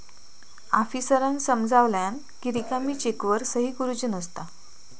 आफीसरांन समजावल्यानं कि रिकामी चेकवर सही करुची नसता